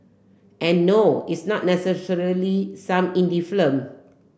and no it's not necessarily some indie film